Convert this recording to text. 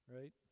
right